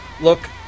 look